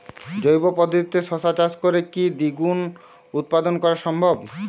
জৈব পদ্ধতিতে শশা চাষ করে কি দ্বিগুণ উৎপাদন করা সম্ভব?